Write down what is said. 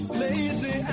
lazy